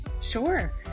Sure